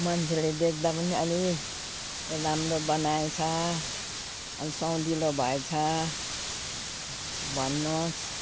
मान्छेले देख्दा पनि अरे राम्रो बनाएछ अलि सुहाउँदिलो भएछ भनोस्